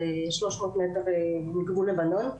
זה 300 מטר מגבול לבנון,